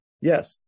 Yes